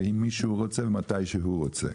ועם מי שהוא רוצה ומתי שהוא רוצה.